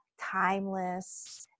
timeless